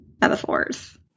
metaphors